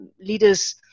leaders